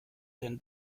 denn